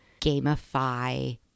gamify